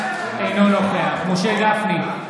אינו נוכח משה גפני,